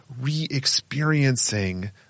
re-experiencing